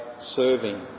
serving